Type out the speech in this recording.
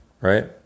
right